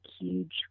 huge